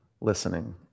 listening